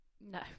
no